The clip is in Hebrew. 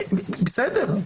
בסדר.